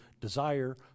desire